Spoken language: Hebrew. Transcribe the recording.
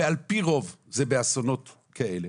ועל פי רוב זה באסונות כאלה,